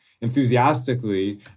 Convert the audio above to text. enthusiastically